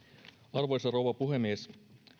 arvoisa rouva puhemies